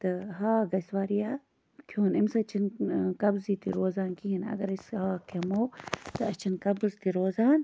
تہٕ ہاکھ گژھِ واریاہ کھیوٚن اَمہِ سۭتۍ چھِنہٕ قبزی تہِ روزان کِہیٖنۍ اگر أسۍ ہاکھ کھٮ۪مو تہٕ اَسہِ چھِنہٕ قبٕز تہِ روزان